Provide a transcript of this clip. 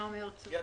לא.